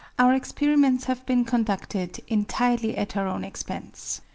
our experiments have been conducted entirely at our own expense.